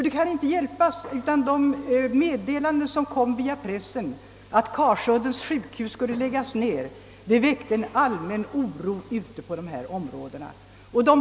Det kan inte hjälpas att de meddelanden som via pressen kommit om att Karsuddens sjukhus skulle läggas ned skapade allmän oro på de vårdområden jag nyss nämnde.